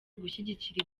gushyigikira